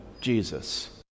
jesus